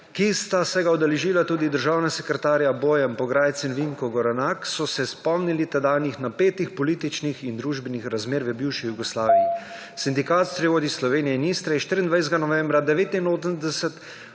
ki ga se ga udeležila tudi državna sekretarja Bojan Pograjc in Vinko Gorenak, so se spomnili tedanjih napetih političnih in družbenih razmer v bivši Jugoslaviji. Sindikat strojevodij Slovenije in Istre je 24. novembra 1989